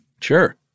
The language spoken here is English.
Sure